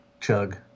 chug